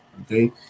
Okay